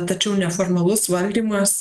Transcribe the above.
tačiau neformalus valdymas